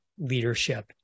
Leadership